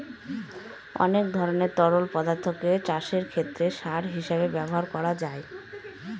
অনেক ধরনের তরল পদার্থকে চাষের ক্ষেতে সার হিসেবে ব্যবহার করা যায়